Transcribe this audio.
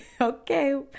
okay